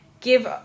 give